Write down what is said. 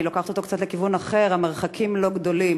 אני לוקחת אותו קצת לכיוון אחר: המרחקים לא גדולים.